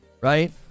right